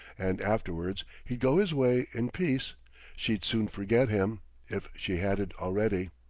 and afterwards, he'd go his way in peace she'd soon forget him if she hadn't already.